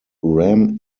ram